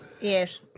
yes